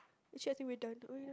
actually I think we're done oh ya